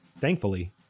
Thankfully